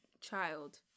child